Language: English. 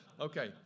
Okay